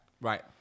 Right